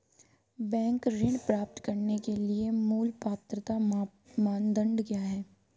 Bank ऋण प्राप्त करने के लिए मूल पात्रता मानदंड क्या हैं?